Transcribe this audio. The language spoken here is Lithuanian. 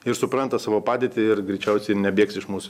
ir supranta savo padėtį ir greičiausiai nebėgs iš mūsų